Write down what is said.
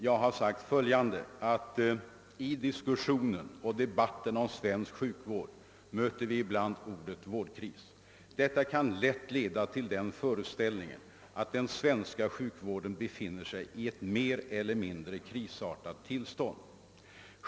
Jag har sagt följande: »I diskussionen och debatten om svensk sjukvård möter vi ibland ordet vårdkris. Detta kan lätt leda till den föreställningen att den svenska sjukvården befinner sig i ett mer eller mindre krisartat tillstånd.